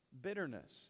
bitterness